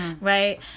Right